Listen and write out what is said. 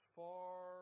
far